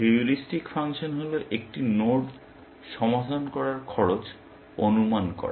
heuristic function হল একটি node সমাধান করার খরচ অনুমান করা